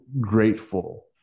grateful